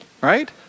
Right